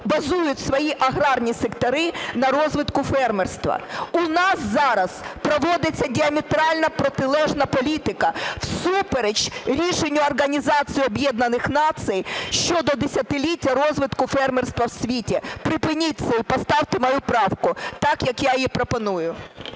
базують свої аграрні сектори на розвитку фермерства. У нас зараз проводиться діаметрально протилежна політика всупереч рішенню Організації Об'єднаних Націй щодо Десятиліття розвитку фермерства в світі. Припиніть це і поставте мою правку так, як я її пропоную!